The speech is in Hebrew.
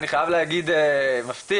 אני חייב להגיד מפתיע,